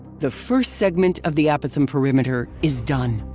the first segment of the apothem perimeter is done.